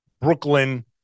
Brooklyn